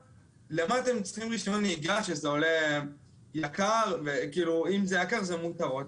למה אתם צריכים רישיון נהיגה שזה עולה יקר וכאילו אם זה יקר זה מותרות,